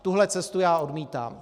Tuhle cestu já odmítám.